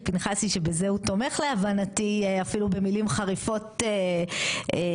פנחסי שבזה הוא תומך להבנתי אפילו במילים חריפות מאוד,